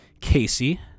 Casey